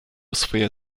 swoje